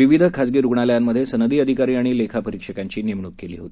विविध खासगी रुग्णालयांमध्ये सनदी अधिकारी आणि लेखापरीक्षकांची नेमणूक केली होती